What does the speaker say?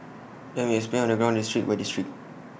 and then we explained IT on district by district